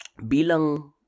bilang